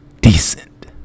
decent